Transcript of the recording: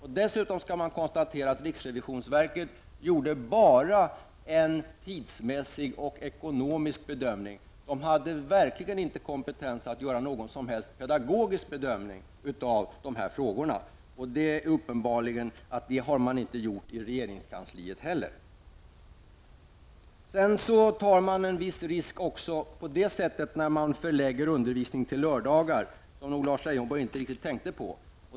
Dessutom skall man konstatera att riksrevisionsverket gjorde bara en tidsmässig och ekonomisk bedömning. Riksrevisionsverket har verkligen inte kompetens att göra någon som helst pedagogisk bedömning av de här frågorna, och det är uppenbart att det har man inte gjort i regeringskansliet heller. Sedan tar man en viss risk också när man förlägger undervisning till lördagar som Lars Leijonborg inte riktigt tänkte på.